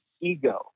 ego